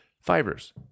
fibers